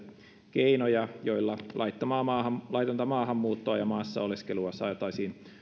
keinoja joilla laitonta maahanmuuttoa ja maassa oleskelua saataisiin